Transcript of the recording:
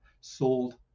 sold